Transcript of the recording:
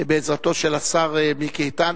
בעזרתו של השר מיקי איתן.